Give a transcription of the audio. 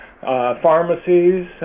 pharmacies